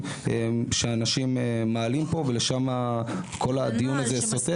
שאנשים מעלים כאן ולשם כל הדיון הזה סוטה.